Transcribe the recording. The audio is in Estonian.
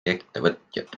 ettevõtjad